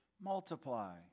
multiply